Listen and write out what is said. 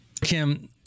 Kim